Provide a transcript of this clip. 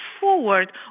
forward